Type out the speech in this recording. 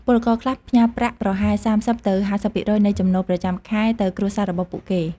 ពលករខ្លះផ្ញើប្រាក់ប្រហែល ៣០ ទៅ ៥០ ភាគរយនៃចំណូលប្រចាំខែទៅគ្រួសាររបស់ពួកគេ។